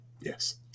yes